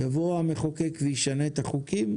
יבוא המחוקק וישנה את החוקים,